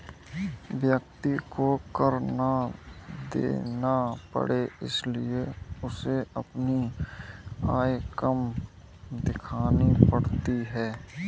व्यक्ति को कर ना देना पड़े इसलिए उसे अपनी आय कम दिखानी पड़ती है